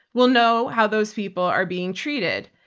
we'll know how those people are being treated.